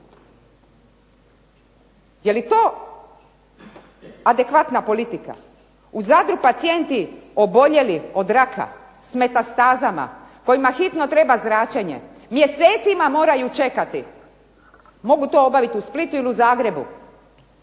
Je li to adekvatna politika? U Zadru pacijenti oboljeli od raka s metastazama kojima hitno treba zračenje mjesecima moraju čekati. Mogu to obaviti u Splitu ili u Zagrebu.